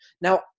Now